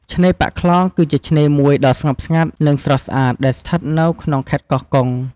ឆ្នេរប៉ាក់ខ្លង គឺជាឆ្នេរមួយដ៏ស្ងប់ស្ងាត់ និងស្រស់ស្អាត ដែលស្ថិតនៅក្នុងខេត្ត កោះកុង។